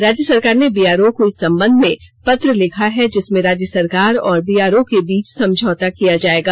राज्य सरकार ने बीआरओ को इस संबंध में पत्र लिखा है जिसमें राज्य सरकार और बीआरओ के बीच समझौता किया जाएगा